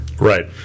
Right